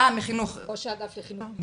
ראש האגף לחינוך ממשרד החינוך.